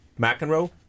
McEnroe